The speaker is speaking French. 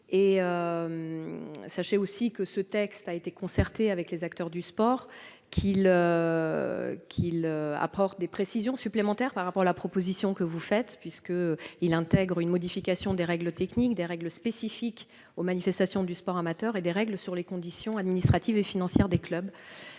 rédaction a été élaborée en concertation avec les acteurs du sport et qu'elle apporte des précisions supplémentaires par rapport à la proposition que vous faites, puisqu'elle intègre une modification des règles spécifiques aux manifestations de sport amateur et des règles sur les conditions administratives et financières des clubs.